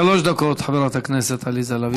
שלוש דקות, חברת הכנסת עליזה לביא, לרשותך.